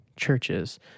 churches